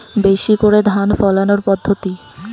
বেশি করে ধান ফলানোর পদ্ধতি?